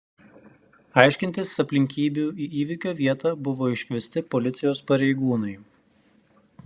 aiškintis aplinkybių į įvykio vietą buvo iškviesti policijos pareigūnai